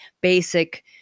basic